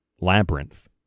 Labyrinth